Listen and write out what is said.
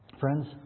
Friends